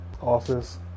office